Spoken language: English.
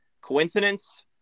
Coincidence